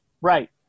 right